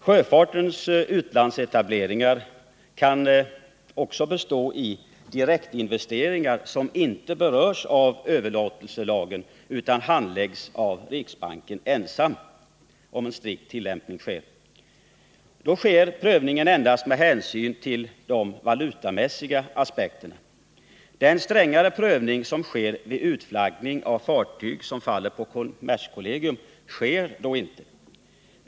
Sjöfartens utlandsetableringar kan också bestå i direktinvesteringar, som inte berörs av överlåtelselagen utan handläggs av riksbanken ensam, om en strikt tillämpning sker. Då företas prövningen endast med hänsyn till de valutamässiga aspekterna. Den strängare prövning som sker vid utflaggning av fartyg, vilken prövning faller på kommerskollegium, äger då inte rum.